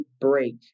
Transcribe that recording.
break